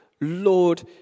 Lord